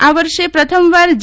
આ વર્ષે પ્રથમવાર જે